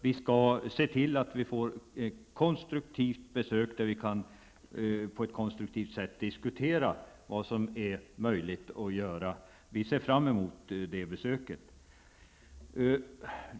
Vi skall se till vi det på ett konstruktivt sätt kan diskutera vad som är möjligt att göra. Vi ser fram emot det här besöket.